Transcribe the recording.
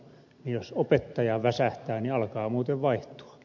jos opettaja väsähtää niin alkaa muuten vaihtua